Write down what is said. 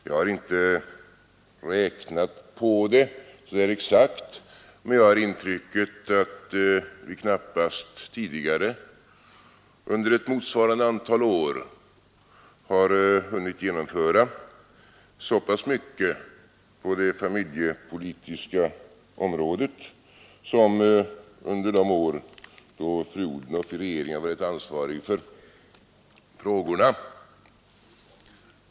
Jag har inte räknat på det så exakt, men jag har intrycket att vi knappast tidigare under ett motsvarande antal år har hunnit genomföra så pass mycket på det familjepolitiska området som under de år då fru Odhnoff i regeringen har varit ansvarig för de frågorna.